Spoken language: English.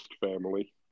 family